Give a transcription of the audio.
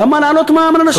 למה להעלות מע"מ לאנשים?